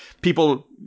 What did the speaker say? People